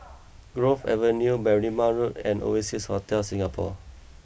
Grove Avenue Berrima Road and Oasia Hotel Singapore